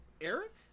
Eric